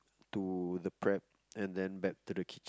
to the prep and then back to the kitchen